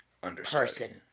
person